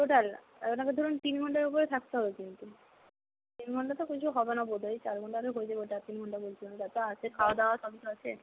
total আপনাকে ধরুন তিন ঘণ্টার উপরে থাকতে হবে কিন্তু তিন ঘণ্টাতেও কিছু হবে না বোধহয় ওই চার ঘণ্টা আরে হয়ে যাবে ওটা তিন ঘণ্টা বলছি আমি তারপর আছে খাওয়া দাওয়া সবই তো আছে